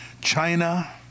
China